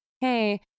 Hey